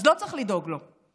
אז לא צריך לדאוג לו,